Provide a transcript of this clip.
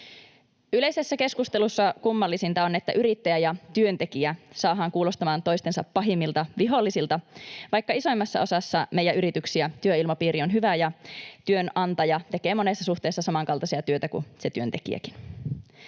Yleisessä keskustelussa kummallisinta on, että yrittäjä ja työntekijä saadaan kuulostamaan toistensa pahimmilta vihollisilta, vaikka isoimmassa osassa meidän yrityksiä työilmapiiri on hyvä ja työnantaja tekee monessa suhteessa samankaltaista työtä kuin se työntekijäkin.